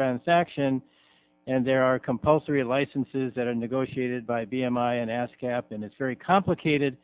transaction and there are compulsory licenses that are negotiated by b m i and ascap and it's very complicated